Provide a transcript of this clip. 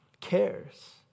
cares